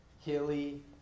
hilly